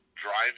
driving